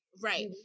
Right